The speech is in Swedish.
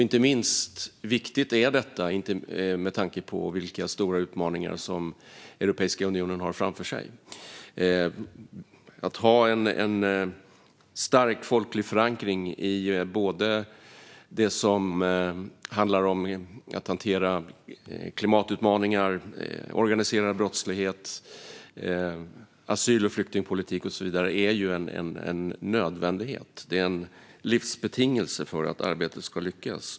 Inte minst viktigt är detta med tanke på vilka stora utmaningar som Europeiska unionen har framför sig. Att ha en stark folklig förankring i det som handlar om att hantera klimatutmaningar, organiserad brottslighet, asyl och flyktingpolitik och så vidare är en nödvändighet. Det är en livsbetingelse för att arbetet ska lyckas.